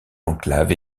enclave